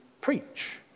preach